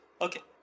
Okay